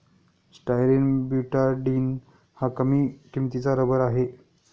styrene butadiene हा कमी किंमतीचा रबर आहे